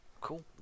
Cool